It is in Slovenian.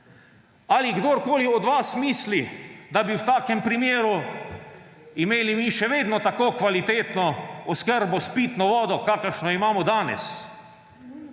Ali kdorkoli od vas misli, da bi v takem primeru imeli mi še vedno tako kvalitetno oskrbo s pitno vodo, kakršno imamo danes?